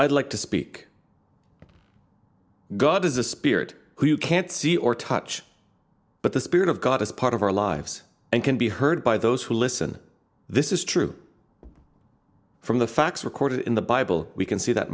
i'd like to speak god is a spirit who can't see or touch but the spirit of god is part of our lives and can be heard by those who listen this is true from the facts recorded in the bible we can see that